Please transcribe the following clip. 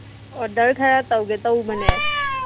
order ꯈꯔ ꯇꯧꯒꯦ ꯇꯧꯕꯅꯦ